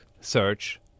search